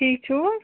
ٹھیٖک چھُوٕ